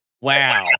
Wow